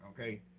Okay